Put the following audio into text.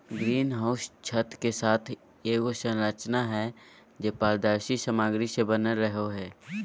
green house छत के साथ एगो संरचना हइ, जे पारदर्शी सामग्री से बनल रहो हइ